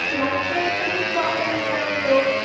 light वाइट का कुछ प्रॉब्लम होगा नहीं तो